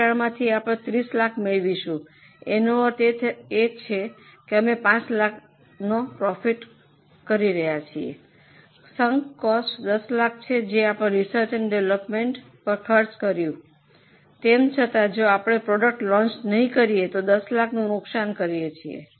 વેચાણમાંથી આપણે ત્રીસ લાખ રૂપિયા મેળવીશું એનો અર્થ એ કે અમે 5 લાખનો પ્રાફિટ કરી રહ્યા છીએ સંક કોસ્ટ 10 લાખ છે જે આપણે રિસર્ચ ઐન્ડ ડિવેલપ્મન્ટ પર ખર્ચ કર્યું છે તેમ છતાં જો આપણે પ્રોડક્ટ લોંચ નહીં કરીએ તો 10 લાખનું નુકસાન કરીએ છીએ